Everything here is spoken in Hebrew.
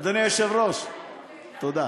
אדוני היושב-ראש, תודה.